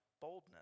boldness